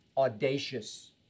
audacious